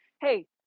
hey